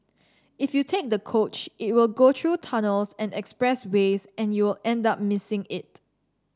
if you take the coach it will go through tunnels and expressways and you'll end up missing it